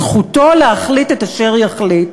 זכותו להחליט את אשר יחליט,